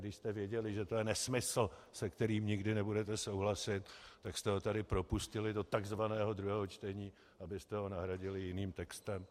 I když jste věděli, že je to nesmysl, se kterým nikdy nebudete souhlasit, tak jste ho tady propustili do takzvaného druhého čtení, abyste ho nahradili jiným textem.